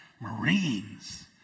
Marines